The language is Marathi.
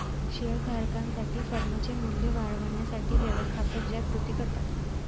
शेअर धारकांसाठी फर्मचे मूल्य वाढवण्यासाठी व्यवस्थापक ज्या कृती करतात